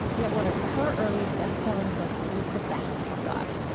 yet one of her early best-selling books was the battle for god.